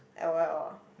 l_o_l ah